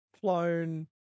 flown